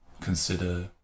consider